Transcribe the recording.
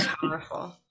powerful